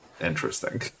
Interesting